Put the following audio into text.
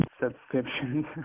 subscriptions